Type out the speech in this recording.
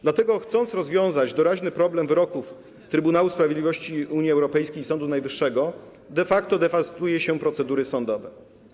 Dlatego, chcąc rozwiązać doraźny problem wyroków Trybunału Sprawiedliwości Unii Europejskiej i Sądu Najwyższego, de facto dewastuje się procedury sądowe.